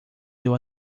deu